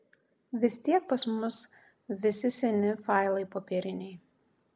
vis tiek pas mus visi seni failai popieriniai